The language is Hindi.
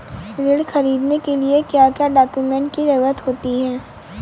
ऋण ख़रीदने के लिए क्या क्या डॉक्यूमेंट की ज़रुरत होती है?